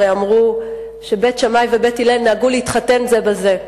הרי אמרו שבית שמאי ובית הלל נהגו להתחתן זה בזה,